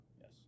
Yes